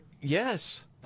yes